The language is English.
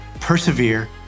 persevere